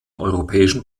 europäischen